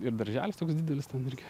ir darželis toks didelis ten irgi